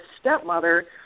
stepmother